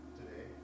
today